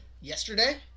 yesterday